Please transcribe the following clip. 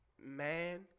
man